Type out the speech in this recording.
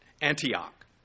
Antioch